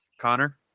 Connor